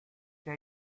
the